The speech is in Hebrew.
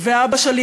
ואבא שלי,